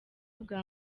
bwa